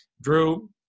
Drew